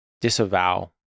disavow